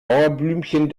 mauerblümchen